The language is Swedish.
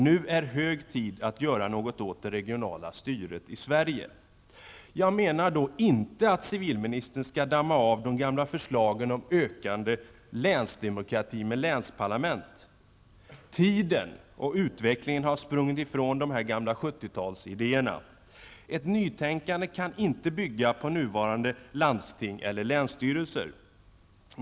Nu är det hög tid att göra något åt det regionala styret i Sverige. Jag menar då inte att civilministern skall damma av de gamla förslagen om ökad länsdemokrati med länsparlament. Tiden och utvecklingen har sprungit ifrån dessa gamla 70 talsidéer. Ett nytänkande kan inte bygga på nuvarande landsting eller länsstyrelser.